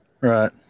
Right